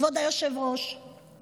כבוד היושב-ראש,